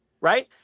Right